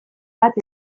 bat